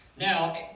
now